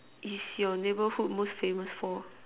is your neighbourhood most famous for